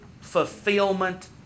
fulfillment